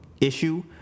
issue